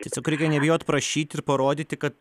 tiesiog reikia nebijot prašyt ir parodyti kad